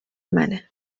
منه